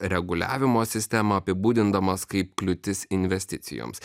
reguliavimo sistemą apibūdindamas kaip kliūtis investicijoms